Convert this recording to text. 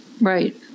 Right